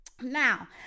now